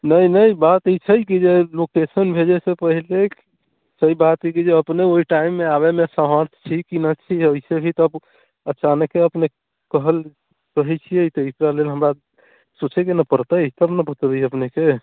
नहि नहि बात ई छै कि जे लोकेशन भेजैसँ पहिले सही बात हइ कि जे अपने ओहि टाइममे आबैमे समर्थ छी कि नहि छी ऐसे भी तब अचानके अपने कहल कहैत छियै तऽ एकरा लेल हमरा सोचैके ने पड़तै तब नऽ बतेबै अपनेकेँ